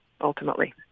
ultimately